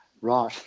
Right